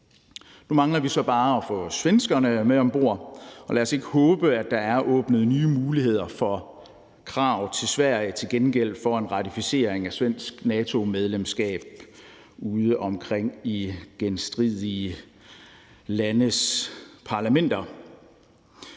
Nu mangler vi så bare at få svenskerne med om bord, og lad os ikke håbe, at der er åbnet nye muligheder for krav til Sverige til gengæld for en ratificering af svensk NATO-medlemskab ude omkring i genstridige landes parlamenter.